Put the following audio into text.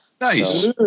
Nice